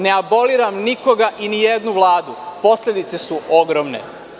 Ne aboliram nikoga i nijednu Vladu, posledice su ogromne.